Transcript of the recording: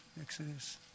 Exodus